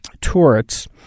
turrets